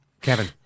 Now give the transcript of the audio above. Kevin